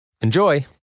Enjoy